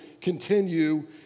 continue